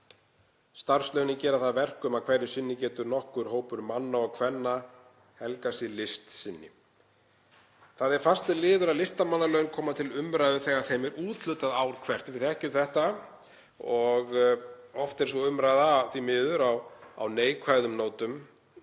Starfslaunin gera það að verkum að hverju sinni getur nokkur hópur manna og kvenna helgað sig list sinni. Það er fastur liður að listamannalaun komi til umræðu þegar þeim er úthlutað ár hvert, við þekkjum það. Oft er sú umræða því miður á neikvæðum nótum